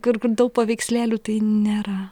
kur kur daug paveikslėlių tai nėra